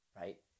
right